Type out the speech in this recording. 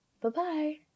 Bye-bye